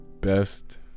best